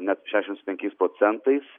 net šešiasdešimt penkiais procentais